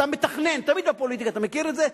אתה מתכנן, תמיד בפוליטיקה, אתה מכיר את זה?